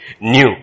new